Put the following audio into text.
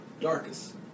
darkest